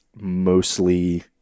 mostly